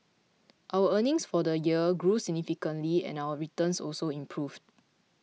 our earnings for the year grew significantly and our returns also improved